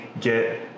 get